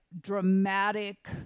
dramatic